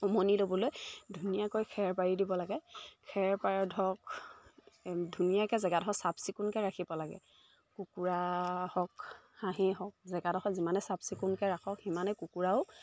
উমনি ল'বলৈ ধুনীয়াকৈ খেৰ পাৰি দিব লাগে খেৰ পাৰ ধৰক ধুনীয়াকৈ জেগাডোখৰ চাফ চিকুণকৈ ৰাখিব লাগে কুকুৰা হওক হাঁহেই হওক জেগাডোখৰ যিমানে চাফ চিকুণকৈ ৰাখক সিমানে কুকুৰাও